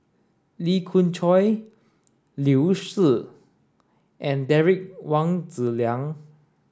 Lee Khoon Choy Liu Si and Derek Wong Zi Liang